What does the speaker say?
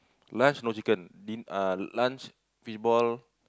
lunch no chicken din~ lunch fish ball